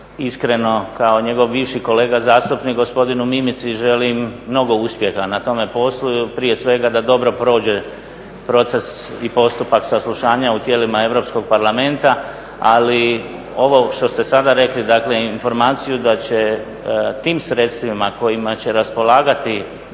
Iskreno, kao njegov bivši kolega zastupnik, gospodinu Mimici želim mnogo uspjeha na tome poslu, prije svega da dobro prođe proces i postupak saslušanja u tijelima Europskog parlamenta. Ali ovo što ste sada rekli, dakle informaciju da će tim sredstvima kojima će raspolagati